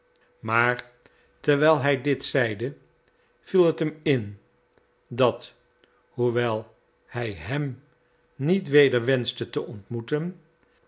maar terwijl hij dit zeide viel het hem in dat hoewel hij hem niet weder wenschte te ontmoeten